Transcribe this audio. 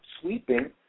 sweeping